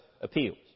appeals